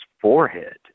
forehead